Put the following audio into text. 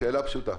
שאלה פשוטה.